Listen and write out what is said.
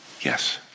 Yes